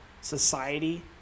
society